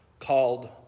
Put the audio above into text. called